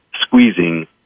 squeezing